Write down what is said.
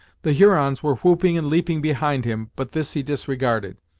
the hurons were whooping and leaping behind him, but this he disregarded,